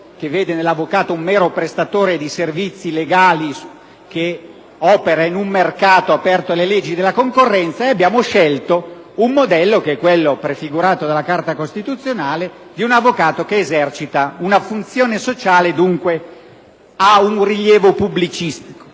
che vede nell'avvocato un mero prestatore di servizi legali che opera in un mercato aperto alle leggi della concorrenza e abbiamo scelto un modello prefigurato dalla Carta costituzionale di un avvocato che esercita una funzione sociale e che, dunque, ha un rilievo pubblicistico.